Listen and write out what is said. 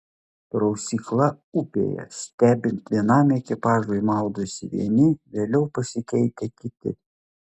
prausykla upėje stebint vienam ekipažui maudosi vieni vėliau pasikeitę kiti